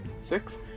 Six